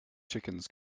chickens